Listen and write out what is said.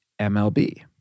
MLB